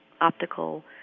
optical